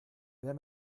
wer